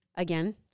Again